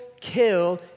kill